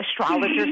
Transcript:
astrologer